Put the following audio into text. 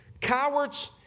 Cowards